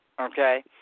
Okay